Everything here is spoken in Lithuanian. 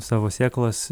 savo sėklas